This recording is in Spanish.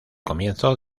comienzo